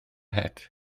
het